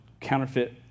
counterfeit